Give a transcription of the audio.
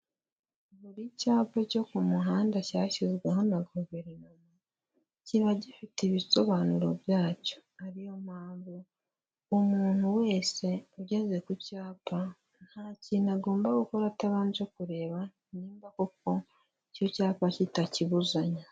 Buri cyapa cyo ku muhanda cyashyizweho na guverinoma kiba gifite ibisobanuro byacyo, ariyo mpamvu umuntu wese ugeze ku cyapa nta kintu agomba gukora, atabanje kureba niba koko icyo cyapa kitakibuzanya.